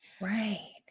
Right